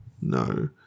No